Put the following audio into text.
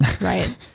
Right